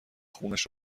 خونش